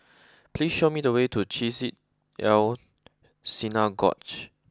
please show me the way to Chesed El Synagogue